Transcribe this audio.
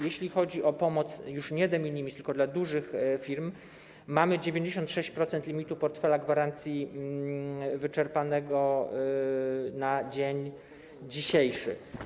Jeśli chodzi o pomoc nie de minimis, tylko dla dużych firm, to mamy 96% limitu portfela gwarancji wyczerpanego na dzień dzisiejszy.